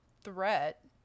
threat